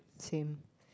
same